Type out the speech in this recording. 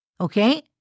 okay